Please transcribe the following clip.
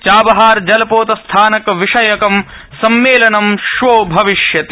Chabahar जलपोतस्थानविषयकं सम्मेलनं श्वो भविष्यति